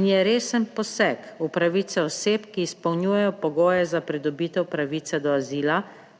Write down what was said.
in je resen poseg v pravice oseb, ki izpolnjujejo pogoje za pridobitev pravice do azila,